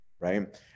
right